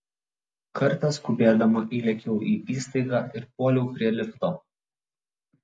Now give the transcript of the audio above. kartą skubėdama įlėkiau į įstaigą ir puoliau prie lifto